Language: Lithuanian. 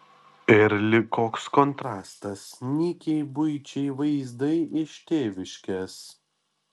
ir lyg koks kontrastas nykiai buičiai vaizdai iš tėviškės